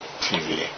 TV